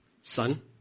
Son